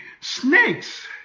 Snakes